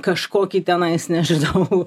kažkokį tenai jis nežinau